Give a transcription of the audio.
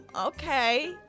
okay